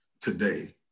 today